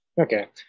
Okay